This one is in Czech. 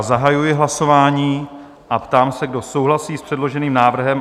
Zahajuji hlasování a ptám se, kdo souhlasí s předloženým návrhem?